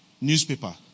newspaper